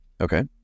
okay